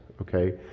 okay